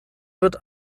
wird